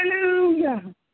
Hallelujah